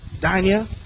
Daniel